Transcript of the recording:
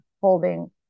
holding